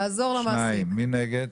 2. מי נגד?